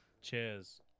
Cheers